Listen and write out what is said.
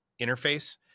interface